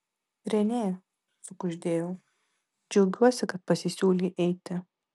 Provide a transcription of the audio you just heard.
renė sukuždėjau džiaugiuosi kad pasisiūlei eiti